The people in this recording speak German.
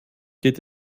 geht